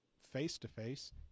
face-to-face